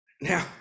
Now